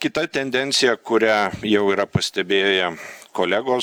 kita tendencija kurią jau yra pastebėję kolegos